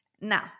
Now